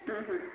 ଉଁ ହୁଁ